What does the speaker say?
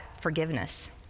forgiveness